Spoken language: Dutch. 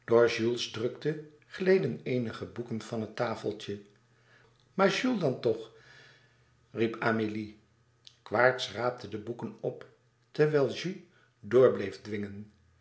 drukte gleden eenige boeken van het tafeltje maar jules dan toch riep amélie quaerts raapte de boeken op terwijl jules door bleef dwingen